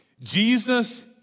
Jesus